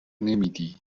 نمیدی